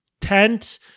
tent